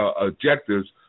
objectives